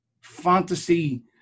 fantasy